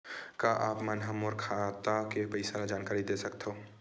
का आप मन ह मोला मोर खाता के पईसा के जानकारी दे सकथव?